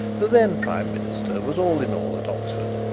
the then prime minister was all in all at oxford,